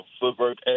footwork